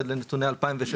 אלה נתוני 2016,